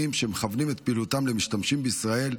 שמכוונים את פעילותם למשתמשים בישראל,